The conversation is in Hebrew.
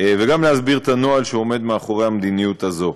וגם להסביר את הנוהל שעומד מאחורי המדיניות הזאת.